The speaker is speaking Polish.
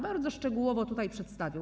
Bardzo szczegółowo tutaj je przedstawił.